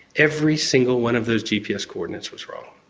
every single one of those gps coordinates was wrong.